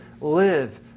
live